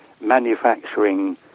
manufacturing